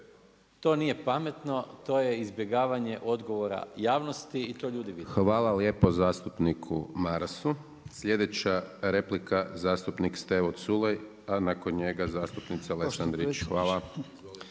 To nije pametno, to je izbjegavanje odgovora javnosti i to ljudi vide. **Hajdaš Dončić, Siniša (SDP)** Hvala lijepo zastupniku Marasu. Sljedeća replika zastupnik Stevo Culej, a nakon njega zastupnica Lesandrić. Hvala.